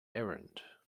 errand